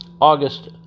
August